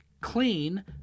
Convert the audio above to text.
clean